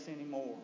anymore